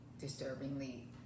disturbingly